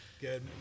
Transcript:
Good